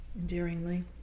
endearingly